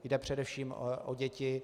Jde především o děti.